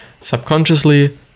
subconsciously